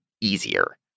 easier